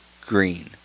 green